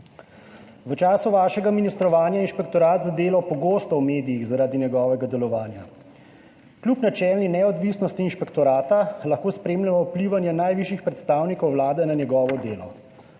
V času vašega ministrovanja je Inšpektorat za delo pogosto v medijih zaradi njegovega delovanja. Kljub načelni neodvisnosti inšpektorata lahko spremljamo vplivanje najvišjih predstavnikov Vlade na njegovo delo,